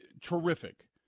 terrific